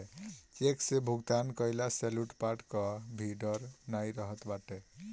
check से भुगतान कईला से लूटपाट कअ भी डर नाइ रहत बाटे